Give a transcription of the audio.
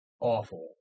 awful